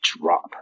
drop